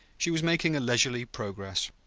she was making a leisurely progress,